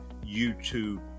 YouTube